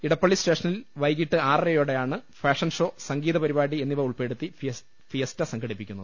ഇടപ്പള്ളി സ്റ്റേഷനിൽ വൈകീട്ട് ആറരയോടെയാണ് ഫാഷൻ ഷോ സംഗീത പരിപാടി എന്നിവ ഉൾപ്പെടുത്തി ഫിയസ്റ്റ സംഘടിപ്പിക്കുന്നത്